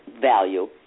value